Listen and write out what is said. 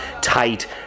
tight